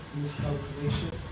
miscalculation